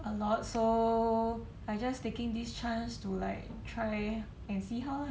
I'm not so I just taking this chance to like try and see how lah